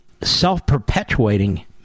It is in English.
self-perpetuating